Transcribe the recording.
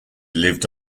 lived